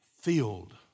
filled